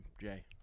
Jay